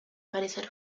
parecer